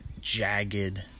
jagged